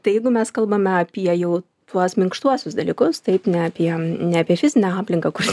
tai jeigu mes kalbame apie jau tuos minkštuosius dalykus taip ne apie ne apie fizinę aplinką kur